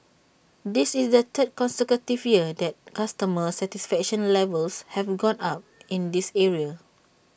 this is the third consecutive year that customer satisfaction levels have gone up in this area